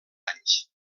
anys